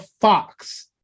Fox